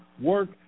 work